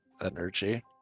energy